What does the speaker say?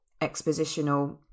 expositional